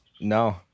No